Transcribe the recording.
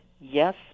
yes